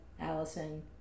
Allison